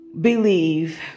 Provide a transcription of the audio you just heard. believe